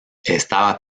estaba